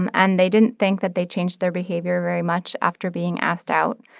and and they didn't think that they changed their behavior very much after being asked out.